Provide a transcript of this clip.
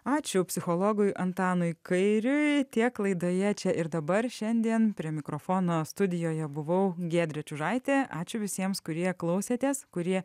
ačiū psichologui antanui kairiui tiek laidoje čia ir dabar šiandien prie mikrofono studijoje buvau giedrė čiužaitė ačiū visiems kurie klausėtės kurie